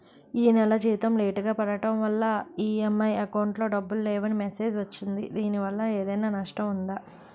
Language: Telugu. ఈ నెల జీతం లేటుగా పడటం వల్ల ఇ.ఎం.ఐ అకౌంట్ లో డబ్బులు లేవని మెసేజ్ వచ్చిందిదీనివల్ల ఏదైనా నష్టం ఉందా?